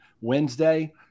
Wednesday